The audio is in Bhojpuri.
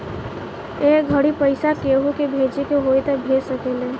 ए घड़ी पइसा केहु के भेजे के होई त भेज सकेल